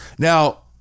Now